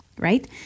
right